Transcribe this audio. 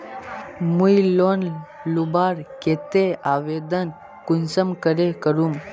मुई लोन लुबार केते आवेदन कुंसम करे करूम?